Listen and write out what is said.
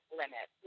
limit